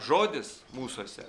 žodis mūsuose